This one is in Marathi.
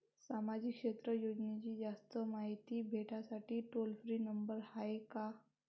सामाजिक क्षेत्र योजनेची जास्त मायती भेटासाठी टोल फ्री नंबर हाय का?